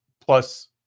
plus